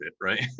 Right